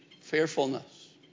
Fearfulness